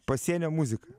pasienio muzika